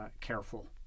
careful